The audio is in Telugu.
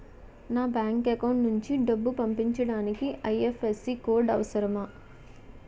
నా బ్యాంక్ అకౌంట్ నుంచి డబ్బు పంపించడానికి ఐ.ఎఫ్.ఎస్.సి కోడ్ అవసరమా?